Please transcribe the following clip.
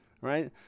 right